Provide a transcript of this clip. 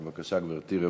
בבקשה, גברתי.